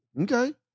Okay